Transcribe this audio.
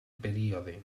període